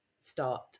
start